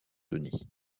denis